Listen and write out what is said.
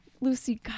lucy